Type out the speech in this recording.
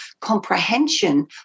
comprehension